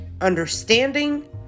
understanding